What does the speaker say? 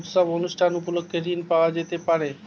উৎসব অনুষ্ঠান উপলক্ষে ঋণ পাওয়া যেতে পারে?